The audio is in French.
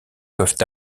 peuvent